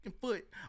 foot